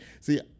See